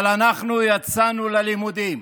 אבל אנחנו יצאנו ללימודים,